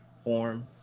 form